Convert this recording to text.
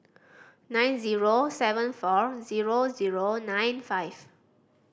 nine zero seven four zero zero nine five